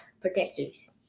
protectors